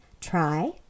try